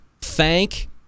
thank